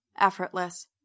effortless